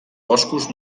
boscos